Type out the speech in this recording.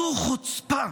זו חוצפה.